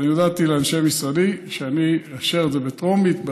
אני הודעתי לאנשי משרדי שאני אאשר את זה בטרומית,